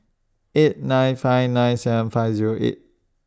eight nine five nine seven five Zero eight